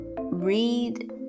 Read